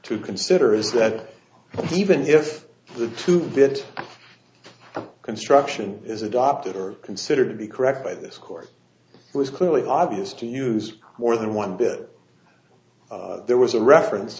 to consider is that even if the two bit of construction is adopted or considered to be correct by this court was clearly obvious to use more than one bit there was a reference